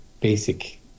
basic